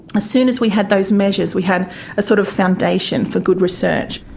ah soon as we had those measures we had a sort of foundation for good research.